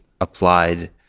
applied